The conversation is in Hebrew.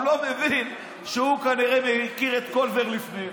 הוא לא מבין שהוא כנראה הכיר את קולבר לפני,